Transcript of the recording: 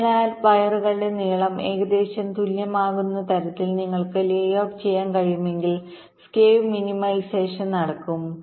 അതിനാൽ വയറുകളുടെ നീളം ഏകദേശം തുല്യമാകുന്ന തരത്തിൽ നിങ്ങൾക്ക് ലേഔട്ട് ചെയ്യാൻ കഴിയുമെങ്കിൽ സ്കേവ് മിനിമൈസേഷൻനടക്കും